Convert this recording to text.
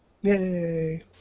Yay